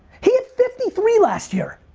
he had fifty three last year!